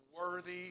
worthy